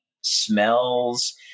smells